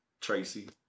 Tracy